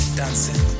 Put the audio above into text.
dancing